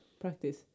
practice